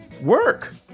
work